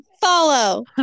follow